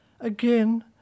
Again